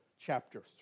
chapter